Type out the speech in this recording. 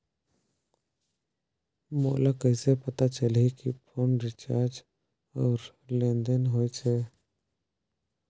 मोला कइसे पता चलही की फोन रिचार्ज और लेनदेन होइस हे?